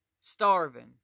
starving